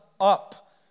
up